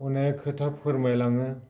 अनेख खोथा फोरमायलाङो